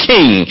King